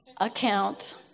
account